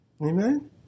Amen